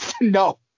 no